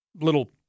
little